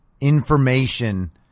information